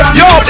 yo